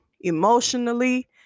emotionally